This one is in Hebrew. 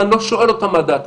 ואני לא שואל אותם מה דעתם,